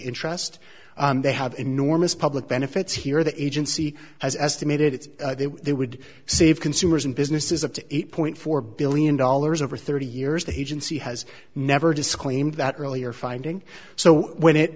interest they have enormous public benefits here the agency has estimated it would save consumers and businesses up to eight point four billion dollars over thirty years the agency has never disclaimed that earlier finding so when it